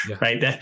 right